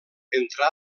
entrà